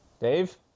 Dave